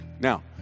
Now